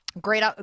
Great